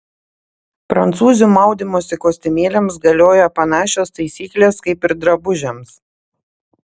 prancūzių maudymosi kostiumėliams galioja panašios taisyklės kaip ir drabužiams